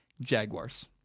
Jaguars